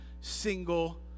single